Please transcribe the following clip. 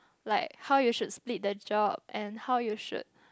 like how you should spilt the job and how you should